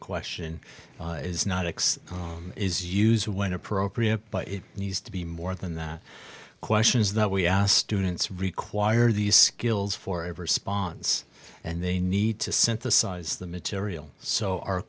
question is not excess is used when appropriate but it needs to be more than the questions that we asked students require these skills for of response and they need to synthesize the material so our